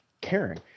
caring